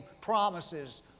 promises